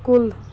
کُل